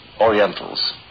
Orientals